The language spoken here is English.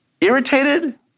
irritated